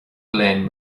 glen